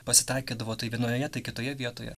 pasitaikydavo tai vienoje tai kitoje vietoje